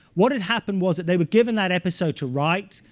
what had happened was that they were given that episode to write,